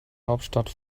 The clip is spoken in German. hauptstadt